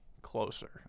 closer